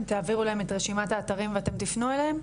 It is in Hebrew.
תעבירו אליהם את רשימת האתרים ואתם תפנו אליהם?